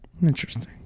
Interesting